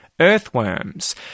Earthworms